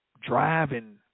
driving